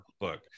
book